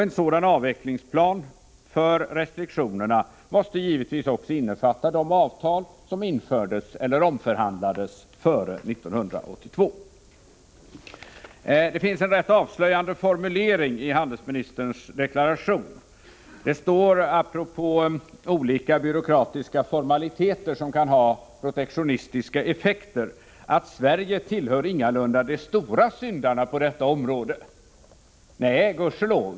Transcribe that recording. En sådan avvecklingsplan för restriktionerna måste givetvis också innefatta de avtal som ingicks eller omförhandlades före 1982. Det finns en rätt avslöjande formulering i handelsministerns deklaration. Det står apropå olika byråkratiska formaliteter som kan ha protektionistiska effekter, att Sverige tillhör ingalunda de stora syndarna på detta område. Nej, gudskelov.